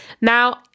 Now